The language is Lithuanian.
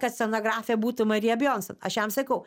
kad scenografė būtų marija bionsen aš jam sakau